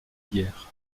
guerre